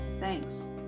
thanks